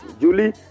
Julie